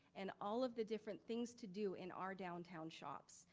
and all of the different things to do in our downtown shops.